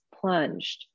plunged